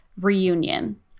reunion